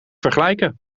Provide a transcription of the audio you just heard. vergelijken